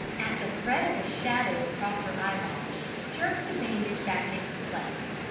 at the threat of a shadow across her eyeball she jerked the bandage back into place.